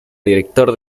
director